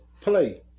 play